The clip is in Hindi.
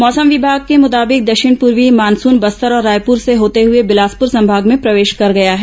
मौसम विमाग के मुताबिक दक्षिण पूर्वी मानसून बस्तर और रायपुर से होते हुए बिलासपुर संभाग में प्रवेश कर गया है